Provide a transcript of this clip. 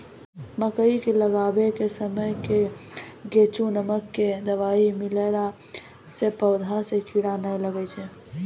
मकई के लगाबै के समय मे गोचु नाम के दवाई मिलैला से पौधा मे कीड़ा नैय लागै छै?